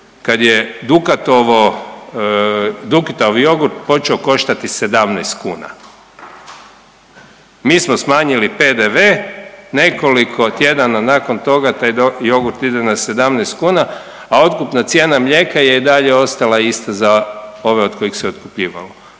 kada je Dukatov jogurt počeo koštati 17 kuna. Mi smo smanjili PDV-e, nekoliko tjedana nakon toga taj jogurt ide na 17 kuna, a otkupna cijena mlijeka je i dalje ostala ista za ove od kojih se otkupljivalo.